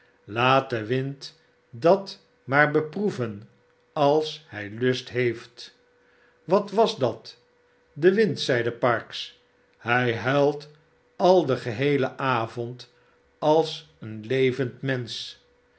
de wind dat maar beproeven als hij lust heeft wat was dat de wind zeide parkes hij huilt al den geheelen avond als een levend mensch